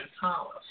Thomas